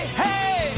hey